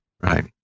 Right